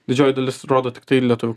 didžioji dalis rodo tiktai lietuvių